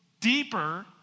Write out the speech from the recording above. deeper